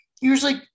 Usually